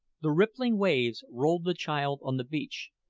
the rippling waves rolled the child on the beach,